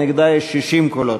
נגדה יש 60 קולות.